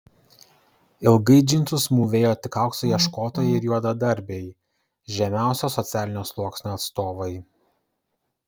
ilgai džinsus mūvėjo tik aukso ieškotojai ir juodadarbiai žemiausio socialinio sluoksnio atstovai